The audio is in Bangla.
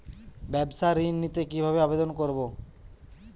ব্যাবসা ঋণ নিতে কিভাবে আবেদন করব?